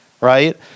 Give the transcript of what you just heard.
right